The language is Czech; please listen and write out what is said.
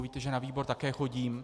Víte, že na výbor také chodím.